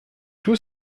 tout